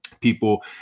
people